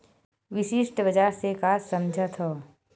विशिष्ट बजार से का समझथव?